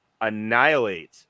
annihilate